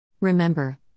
Remember